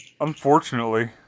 Unfortunately